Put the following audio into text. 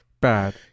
bad